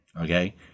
okay